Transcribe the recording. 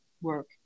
work